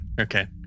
Okay